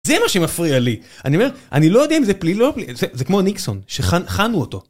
זה מה שמפריע לי, אני אומר, אני לא יודע אם זה פלילי, לא, זה כמו ניקסון, שחנו אותו.